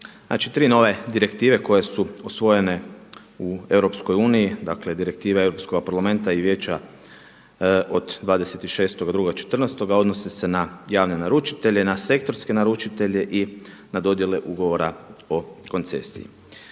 Znači tri nove direktive koje su usvojene u EU, dakle direktive Europskoga parlamenta i Vijeća od 26. …/Govornik se ne razumije./… odnosi se na javne naručitelje, na sektorske naručitelje i na dodjele ugovora o koncesiji.